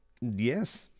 Yes